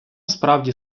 справді